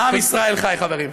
עם ישראל חי, חברים.